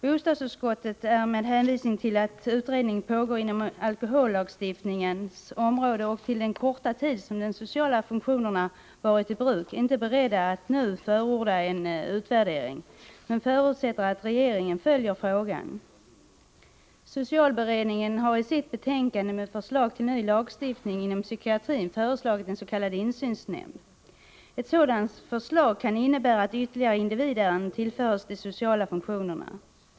Bostadsutskottet är, med hänvisning till den utredning som pågår inom alkohollagstiftningens område och till den korta tid som de sociala funktionerna har varit i bruk, inte berett att nu förorda en utvärdering, men förutsätter att regeringen följer utvecklingen. Socialberedningen har i sitt betänkande med förslag till ny lagstiftning inom psykiatrin föreslagit en s.k. insynsnämnd. Ett sådant förslag kan innebära att ytterligare individärenden tillförs de sociala funktionerna.